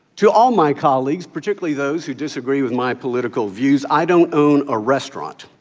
to all my colleagues, particularly those who disagree with my political views, i don't own a restaurant.